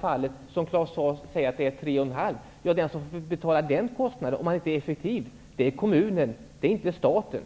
tal -- såsom tre och en halv, vilket Claus Zaar nämnde -- och man inte är effektiv, är det kommunen som får betala den kostnaden och inte staten.